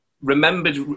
remembered